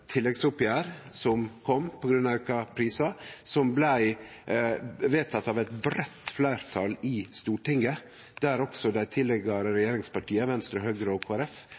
tilleggsoppgjer som kom på grunn av auka prisar, som blei vedteke av eit breitt fleirtal i Stortinget, der også dei tidlegare regjeringspartia, Venstre, Høgre og